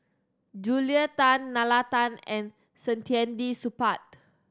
Julia Tan Nalla Tan and Saktiandi Supaat